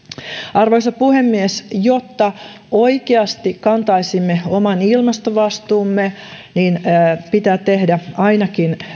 arvoisa puhemies jotta oikeasti kantaisimme oman ilmastovastuumme pitää tehdä ainakin